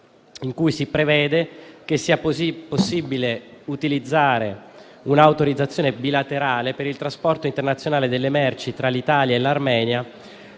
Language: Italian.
in cui si prevede che sia possibile utilizzare un'autorizzazione bilaterale per il trasporto internazionale delle merci tra l'Italia e l'Armenia